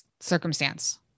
circumstance